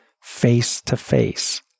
face-to-face